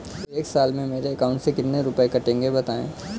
एक साल में मेरे अकाउंट से कितने रुपये कटेंगे बताएँ?